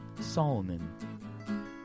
solomon